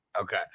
okay